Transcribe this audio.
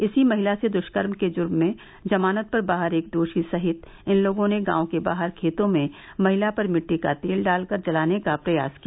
इसी महिला से दुष्कर्म के जुर्म में जमानत पर बाहर एक दोषी सहित इन लोगों ने गांव के बाहर खेतों में महिला पर मिट्टी का तेल डालकर जलाने का प्रयास किया